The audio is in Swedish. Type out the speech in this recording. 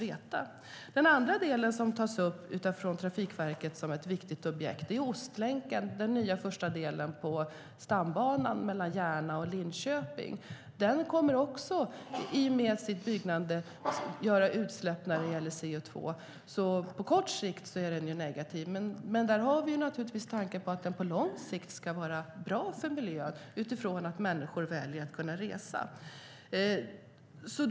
Ett annat viktigt objekt som tas upp av Trafikverket är Ostlänken, den nya första delen av stambanan mellan Järna och Linköping. Den kommer också att under byggandet medföra utsläpp av CO2. På kort sikt är det negativt, men vi har naturligtvis tanken att den på lång sikt ska vara bra för miljön då människor väljer att resa med tåg.